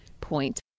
point